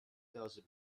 thousand